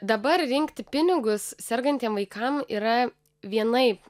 dabar rinkti pinigus sergantiem vaikam yra vienaip